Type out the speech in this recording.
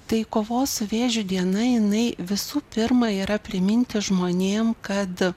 tai kovos su vėžiu diena jinai visų pirma yra priminti žmonėm kad